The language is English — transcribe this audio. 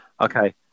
okay